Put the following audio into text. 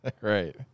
Right